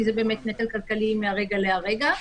כי זה באמת נטל כלכלי מהרגע להרגע.